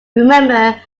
remember